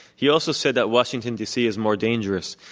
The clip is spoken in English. he also said that washington, d. c. is more dangerous.